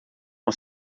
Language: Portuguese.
com